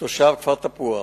תושב כפר-תפוח,